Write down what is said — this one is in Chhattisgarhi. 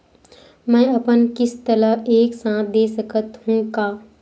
मै अपन किस्त ल एक साथ दे सकत हु का?